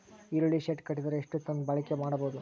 ಈರುಳ್ಳಿ ಶೆಡ್ ಕಟ್ಟಿದರ ಎಷ್ಟು ಟನ್ ಬಾಳಿಕೆ ಮಾಡಬಹುದು?